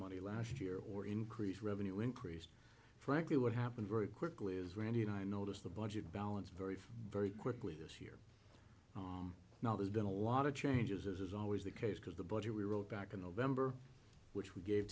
money last year or increased revenue increased frankly what happened very quickly is randy and i noticed the budget balance very very quickly this year now there's been a lot of changes as is always the case because the budget we wrote back in november which we gave